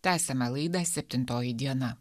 tęsiame laidą septintoji diena